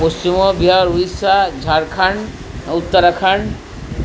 Paschimbanga Bihar Orissa Jharkhand Uttarakhand